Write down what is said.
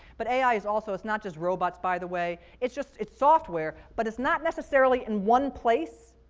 but ai is also, it's not just robots, by the way. it's just, it's software, but it's not necessarily in one place,